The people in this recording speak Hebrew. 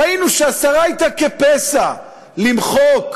ראינו שהשרה הייתה כפסע מלמחוק,